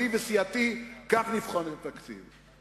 אני וסיעתי כך נבחן את התקציב.